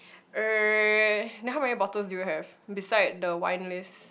uh now how many bottles do you have beside the wine list